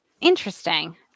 Interesting